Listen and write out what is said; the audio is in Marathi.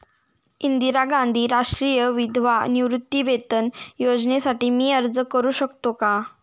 इंदिरा गांधी राष्ट्रीय विधवा निवृत्तीवेतन योजनेसाठी मी अर्ज करू शकतो?